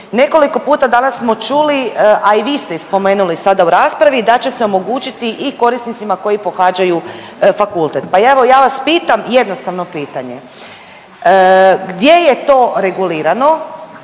Nekoliko puta danas smo čuli, a i vi ste spomenuli sada u raspravi da će se omogućiti i korisnicima koji pohađaju fakultet. Pa evo ja vas pitam jednostavno pitanje gdje je to regulirano,